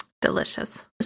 Delicious